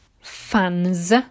fans